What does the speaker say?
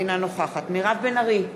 אינה נוכחת מירב בן ארי,